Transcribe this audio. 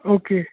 okay